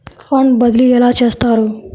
Fund బదిలీ ఎలా చేస్తారు?